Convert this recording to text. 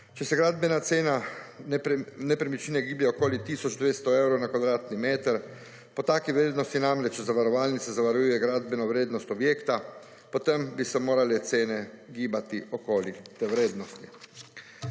Če se gradbena cena nepremičnine giblje okoli tisoč 200 evrov na kvadratni meter, po taki vrednosti namreč zavarovalnice zavarujejo gradbeno vrednost objekta, potem bi se morale cene gibati okoli te vrednosti.